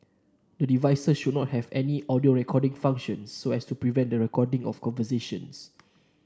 the devices should not have any audio recording function so as to prevent the recording of conversations